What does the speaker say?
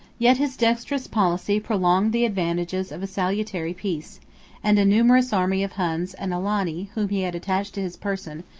yet his dexterous policy prolonged the advantages of a salutary peace and a numerous army of huns and alani, whom he had attached to his person,